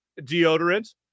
Deodorant